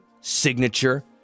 signature